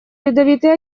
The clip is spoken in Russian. ледовитый